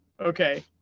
Okay